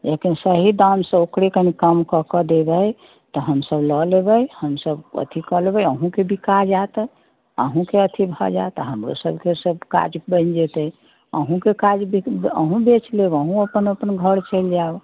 लेकिन सही दाम से ओकरे कनि कनि कम कऽ के देबै तऽ हमसब लऽ लेबै हमसब अथी कऽ लेबै अहूँके बिका जायत अहूँके अथी भऽ जायत आ हमरो सबके सब काज बनि जयतै अहूँके काज अहूँ बेच लेब अहूँ अपन अपन घर चलि जायब